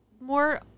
more